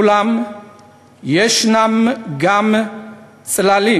אולם יש גם צללים.